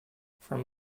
from